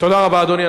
תודה רבה, אדוני.